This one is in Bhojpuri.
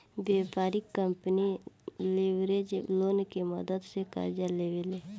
व्यापारिक कंपनी लेवरेज लोन के मदद से कर्जा लेवे ले